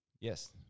Yes